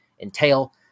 entail